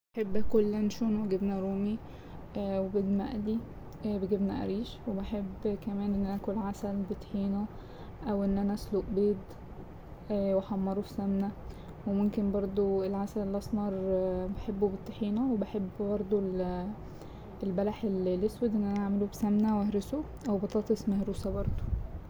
بحب أكل لانشون وجبنة رومي وبيض مقلي بجبنة قريش وبحب كمان إن أنا أكل عسل بطحينة أو إن أنا اسلق بيض واحمره في سمنه وممكن برضه العسل الأسمر بحبه بالطحينة وبحب برضه البلح الأسود إن أنا اعمله بسمنه واهرسه أو بطاطس مهروسه برضه.